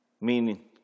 Meaning